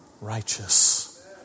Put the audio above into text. righteous